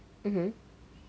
mmhmm